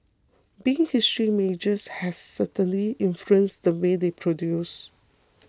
being history majors has definitely influenced the work they produce